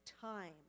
time